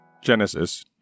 Genesis